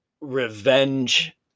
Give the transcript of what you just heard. revenge